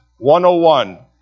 101